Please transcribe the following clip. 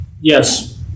Yes